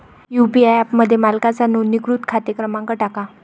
UPI ॲपमध्ये मालकाचा नोंदणीकृत खाते क्रमांक टाका